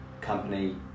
company